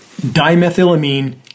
dimethylamine